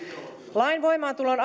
lain voimaantulon